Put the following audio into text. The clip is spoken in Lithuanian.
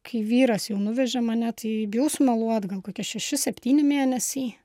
kai vyras jau nuvežė mane tai bijau smaluot gal kokie šeši septyni mėnesiai